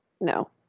No